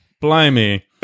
Blimey